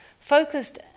Focused